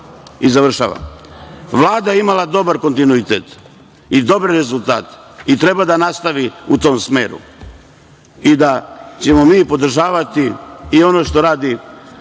i završavam. Vlada je imala dobar kontinuitet i dobre rezultate i treba da nastavi u tom smeru. Mi ćemo podržavati i ono što radi